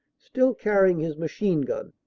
still carrying his machine gun,